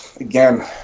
again